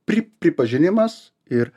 pri pripažinimas ir